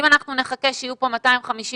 אם אנחנו נחכה שיהיו 250 אנשים,